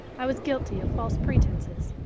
i was guilty of false pretences.